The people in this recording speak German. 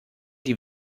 die